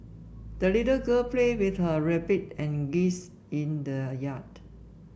the little girl played with her rabbit and geese in the yard